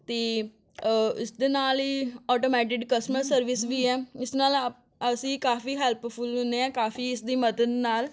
ਅਤੇ ਇਸ ਦੇ ਨਾਲ ਹੀ ਔਟੋਮੈਟਿਡ ਕਸਟਮਰ ਸਰਵਿਸ ਵੀ ਹੈ ਇਸ ਨਾਲ ਆ ਅਸੀਂ ਕਾਫੀ ਹੈਲਪਫੁਲ ਹੁੰਦੇ ਹਾਂ ਕਾਫੀ ਇਸਦੀ ਮਦਦ ਨਾਲ